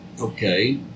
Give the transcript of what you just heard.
Okay